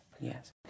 Yes